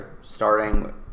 starting